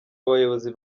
abayobozi